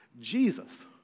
Jesus